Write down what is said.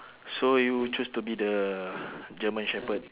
so you choose to be the german shepherd